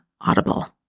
Audible